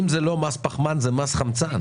אם זה לא מס פחמן זה מס חמצן.